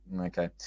okay